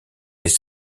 des